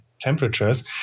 temperatures